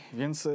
więc